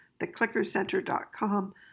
theclickercenter.com